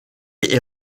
est